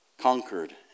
conquered